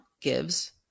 gives